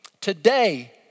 Today